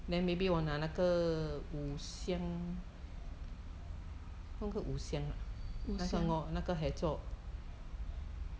五香